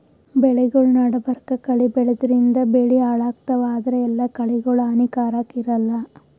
ಬೆಳಿಗೊಳ್ ನಡಬರ್ಕ್ ಕಳಿ ಬೆಳ್ಯಾದ್ರಿನ್ದ ಬೆಳಿ ಹಾಳಾಗ್ತಾವ್ ಆದ್ರ ಎಲ್ಲಾ ಕಳಿಗೋಳ್ ಹಾನಿಕಾರಾಕ್ ಇರಲ್ಲಾ